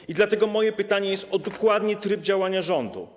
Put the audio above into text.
I dlatego moje pytanie jest dokładnie o tryb działania rządu.